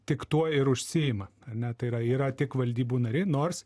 tik tuo ir užsiima ar ne tai yra yra tik valdybų nariai nors